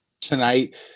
tonight